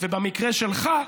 ובמקרה שלך,